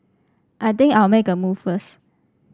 I think I'll make a move first